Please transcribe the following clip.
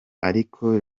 ariko